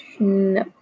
No